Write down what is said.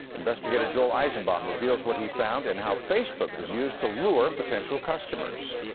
investigator joel eisenbaum reveals what he found and how facebook was used to lure potential customers.